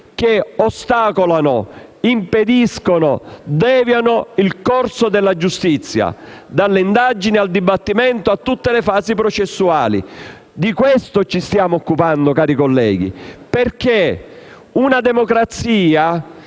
che ostacolano, impediscono e deviano il corso della giustizia, dalle indagini al dibattimento a tutte le fasi processuali. Di questo ci stiamo occupando, perché una democrazia